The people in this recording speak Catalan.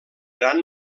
gran